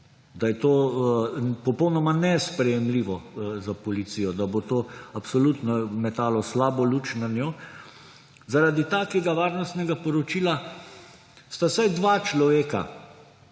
da je to popolnoma nesprejemljivo za policijo, da bo to absolutno metalo slabo luč nanjo, zaradi takega varnostnega poročila sta vsaj dva človeka